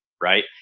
Right